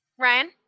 Ryan